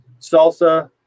salsa